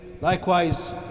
likewise